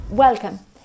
Welcome